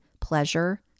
pleasure